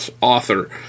author